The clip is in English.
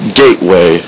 gateway